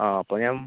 ആ അപ്പോൾ ഞാൻ